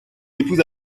épouse